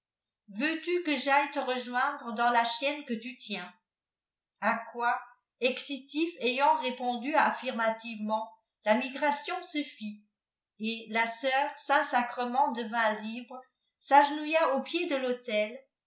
veux-tu que j'aille te rejoindre dans la chienne que tu tiens a quoi excitif ayant réptmdu affirmativement la migration se fit et la sœur saiot sacrement devint libre s'agenouilla aux pieds de tautel